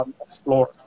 explore